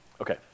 Okay